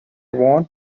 ward